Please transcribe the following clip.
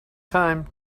time